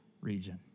region